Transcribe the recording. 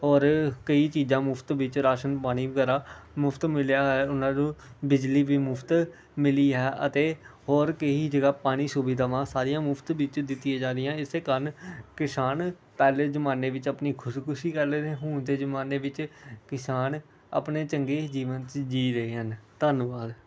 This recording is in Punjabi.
ਔਰ ਕਈ ਚੀਜ਼ਾਂ ਮੁਫਤ ਵਿੱਚ ਰਾਸ਼ਨ ਪਾਣੀ ਵਗੈਰਾ ਮੁਫਤ ਮਿਲਿਆ ਹੈ ਉਹਨਾਂ ਨੂੰ ਬਿਜਲੀ ਵੀ ਮੁਫਤ ਮਿਲੀ ਹੈ ਅਤੇ ਹੋਰ ਕਈ ਜਗ੍ਹਾ ਪਾਣੀ ਸੁਵਿਧਾਵਾਂ ਸਾਰੀਆਂ ਮੁਫਤ ਵਿੱਚ ਦਿੱਤੀਆਂ ਜਾ ਰਹੀਆਂ ਇਸੇ ਕਾਰਨ ਕਿਸਾਨ ਪਹਿਲੇ ਜ਼ਮਾਨੇ ਵਿੱਚ ਆਪਣੀ ਖੁਦਕੁਸ਼ੀ ਕਰ ਲੈਂਦੇ ਹੁਣ ਦੇ ਜ਼ਮਾਨੇ ਵਿੱਚ ਕਿਸਾਨ ਆਪਣੇ ਚੰਗੇ ਜੀਵਨ 'ਚ ਜੀਅ ਰਹੇ ਹਨ ਧੰਨਵਾਦ